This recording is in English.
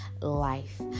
life